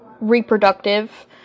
reproductive